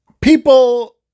people